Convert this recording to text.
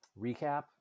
recap